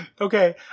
Okay